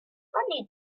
funny